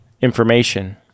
information